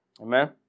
Amen